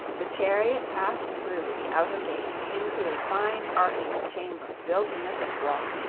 the chariot passed through the outer gates into a fine arched chamber built in the thick wall,